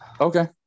Okay